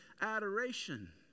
adoration